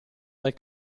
del